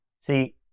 See